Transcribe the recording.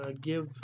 give